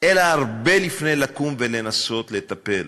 אלא הרבה לפני כן לקום ולנסות לטפל.